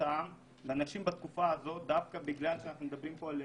אנחנו מדברים פה על